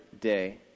day